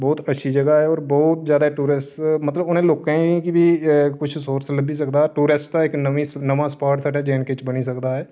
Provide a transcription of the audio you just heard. बहुत अच्छी जगह ऐ होर बहुत ज्यादा टूरिस्ट मतलब उनें लोंकें गी बी कुछ सोर्स लब्भी सकदा टूरिस्ट इक नमीं नमां सपॉट साढ़े जे एण्ड के च बनी सकदा ऐ